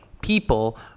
people